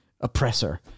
oppressor